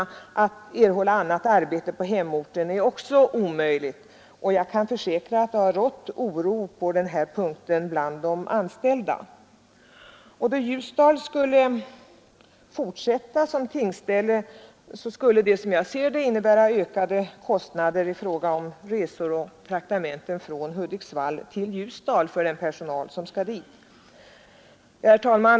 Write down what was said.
De kan inte heller erhålla annat arbete på hemorten, och jag kan försäkra att det rått oro på denna punkt bland de anställda. Om Ljusdal fortsätter som tingsställe, innebär det ökade kostnader i fråga om resor och traktamenten från Hudiksvall till Ljusdal för den personal som skall dit. Herr talman!